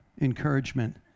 encouragement